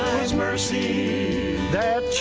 was mercy that